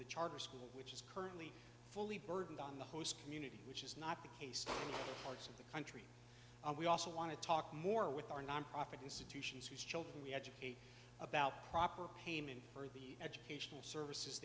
the charter school which is currently fully burdened on the host community which is not the case with most of the country and we also want to talk more with our nonprofit institutions whose children we educate about proper payment for occasional services